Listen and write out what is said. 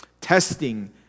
testing